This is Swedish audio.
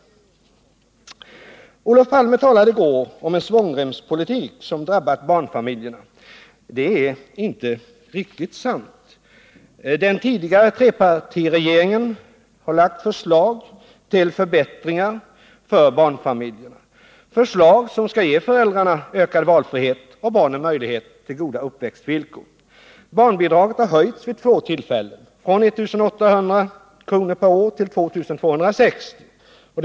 Olof Palme talade i går om en svångremspolitik som drabbat barnfamiljerna. Det är inte riktigt sant. Den tidigare trepartiregeringen har lagt fram förslag till förbättringar för barnfamiljerna — förslag som skall ge föräldrarna ökad valfrihet och barnen möjlighet till goda uppväxtvillkor. Barnbidraget har höjts vid två tillfällen, från 1 800 kr. per år till 2 260 kr.